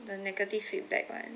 the negative feedback [one]